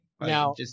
Now